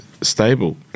stable